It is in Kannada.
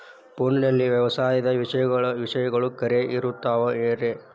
ಫೋನಲ್ಲಿ ವ್ಯವಸಾಯದ ವಿಷಯಗಳು ಖರೇ ಇರತಾವ್ ರೇ?